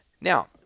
Now